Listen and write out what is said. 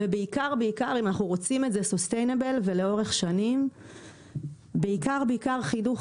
בעיקר בעיקר אם אנחנו רוצים את זה יציב ולאורך שנים בעיקר חינוך,